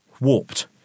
warped